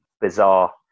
bizarre